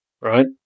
right